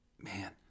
Man